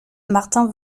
martin